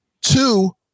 Two